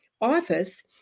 Office